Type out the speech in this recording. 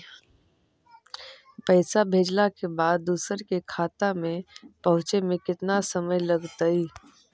पैसा भेजला के बाद दुसर के खाता में पहुँचे में केतना समय लगतइ?